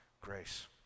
grace